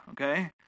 okay